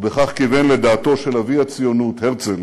ובכך כיוון לדעתו של אבי הציונות הרצל,